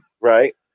Right